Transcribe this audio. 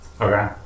Okay